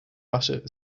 russia